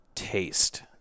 taste